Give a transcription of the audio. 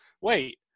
Wait